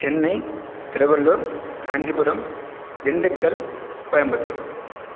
Chennai Tiruvallur Kanchipuram Dindigul Coimbatore